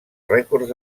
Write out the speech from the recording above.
rècords